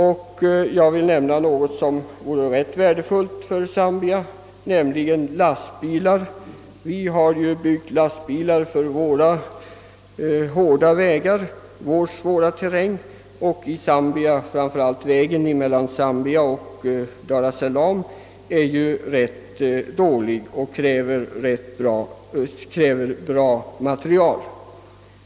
I detta sammanhang vill jag nämna något som vore rätt värdefullt för Zambia, nämligen lastbilar. De svenska lastbilarna är byggda för våra hårda vägar och vår svåra terräng. Vägen mellan Zambia och Dar-es-Saalam är ganska dålig och kräver hållfast material.